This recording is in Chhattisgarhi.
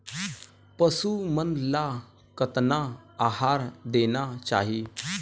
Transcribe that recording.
पशु मन ला कतना आहार देना चाही?